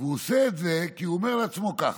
והוא עושה את זה כי הוא אומר לעצמו ככה: